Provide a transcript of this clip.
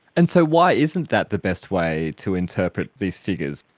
and so why isn't that the best way to interpret these figures?